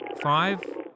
five